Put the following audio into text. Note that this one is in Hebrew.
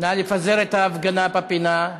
נא לפזר את ההפגנה בפינה.